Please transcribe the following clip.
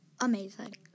amazing